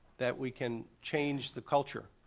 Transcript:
that we can change the culture.